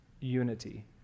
unity